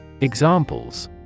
Examples